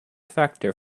factor